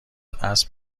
اسب